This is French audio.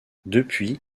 depuis